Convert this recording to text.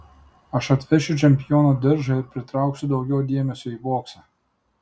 aš atvešiu čempiono diržą ir pritrauksiu daugiau dėmesio į boksą